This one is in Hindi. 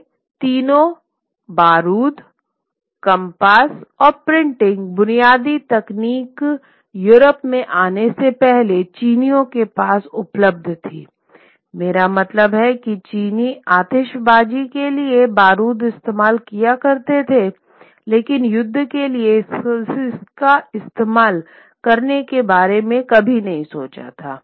ये तीनों बारूद कम्पास और प्रिंटिंग बुनियादी तकनीक यूरोप में आने से पहले चीनियों के पास उपलब्ध थी मेरा मतलब है कि चीनी आतिशबाजी के लिए बारूद इस्तेमाल किया करते थे लेकिन युद्ध के लिए इसका इस्तेमाल करने के बारे में कभी नहीं सोचा था